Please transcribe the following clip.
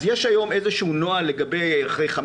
אז יש היום איזה שהוא נוהל שאחרי חמש,